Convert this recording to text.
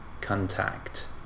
Contact